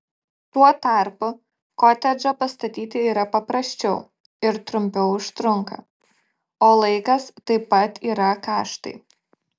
tuo tarpu kotedžą pastatyti yra paprasčiau ir trumpiau užtrunka o laikas taip pat yra kaštai